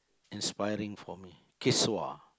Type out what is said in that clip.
inspiring for me